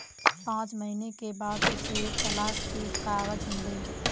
पांच महीने के बाद उसे तलाक के कागज मिले